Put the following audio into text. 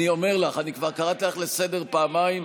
אני אומר לך, אני כבר קראתי אותך לסדר פעמיים.